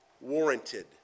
warranted